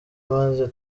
maze